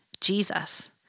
Jesus